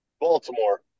Baltimore